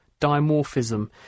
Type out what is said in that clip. dimorphism